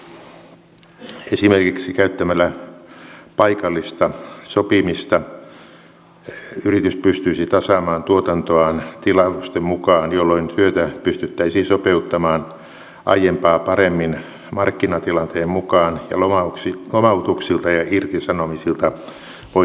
esimerkiksi käyttämällä paikallista sopimista yritys pystyisi tasaamaan tuotantoaan tilausten mukaan jolloin työtä pystyttäisiin sopeuttamaan aiempaa paremmin markkinatilanteen mukaan ja lomautuksilta ja irtisanomisilta voitaisiin välttyä